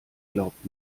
glaubt